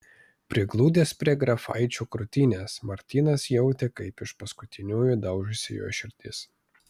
prigludęs prie grafaičio krūtinės martynas jautė kaip iš paskutiniųjų daužosi jo širdis